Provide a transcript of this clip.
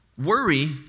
Worry